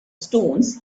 stones